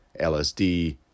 LSD